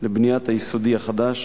לבניית היסודי החדש,